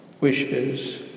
wishes